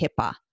HIPAA